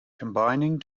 combining